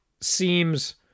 seems